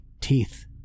teeth